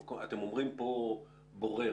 אתם אומרים כאן בורר.